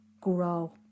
grow